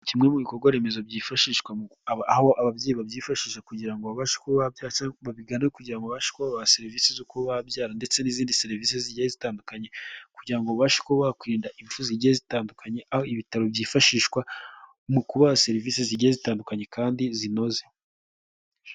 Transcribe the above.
Kimwe mu bikorwa remezo byifashishwa, aho ababyeyi babyifashisha kugirango babashe kuba babyara cyangwa babigane kugirango babashe kuba babahe serivisi zo kuba babyara ndetse n'izindi serivisi zigiye zitandukanye, kugira babashe kuba bakwirinda impfu zigiye zitandukanye aho ibitaro byifashishwa mu kuba serivisi zigiye zitandukanye kandi zinoze.